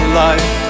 life